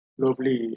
globally